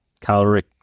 caloric